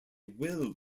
will